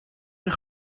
een